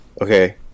Okay